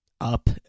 up